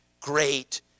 great